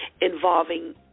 involving